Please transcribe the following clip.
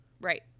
right